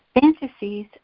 fantasies